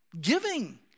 Giving